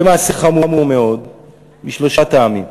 זה מעשה חמור מאוד משלושה טעמים.